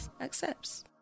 accepts